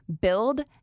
build